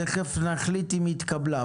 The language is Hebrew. תכף נחליט אם התקבלה.